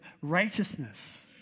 righteousness